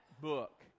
book